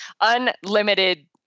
Unlimited